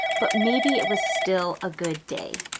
but maybe it was still ah good day.